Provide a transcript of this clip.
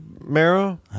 marrow